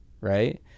right